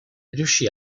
riuscì